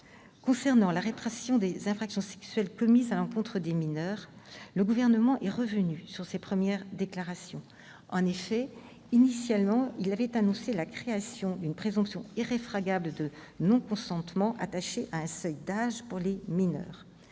Concernant la répression des infractions sexuelles commises à l'encontre des mineurs, le Gouvernement est revenu sur ses premières déclarations. Initialement en effet, il avait annoncé la création d'une présomption irréfragable de non-consentement attachée à un seuil d'âge pour les mineurs.